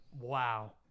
Wow